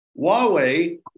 Huawei